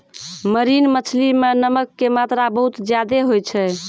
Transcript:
marine मछली मॅ नमक के मात्रा बहुत ज्यादे होय छै